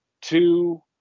two